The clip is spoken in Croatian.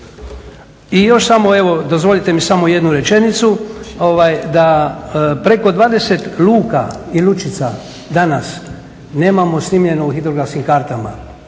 I još samo evo, dozvolite mi samo jednu rečenicu da, preko 20 luka i lučica danas nemamo snimljeno hidrografskim kartama,